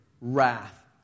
wrath